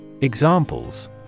Examples